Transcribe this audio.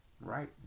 right